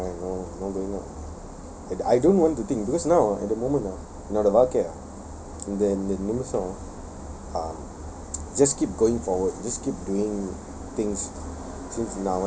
I no no going out I don't want to think because now at the moment ah இதான் வாழ்கயா:ithan vaalkaya and then the இது:ithu just keep going forward just keep doing things